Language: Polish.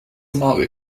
mały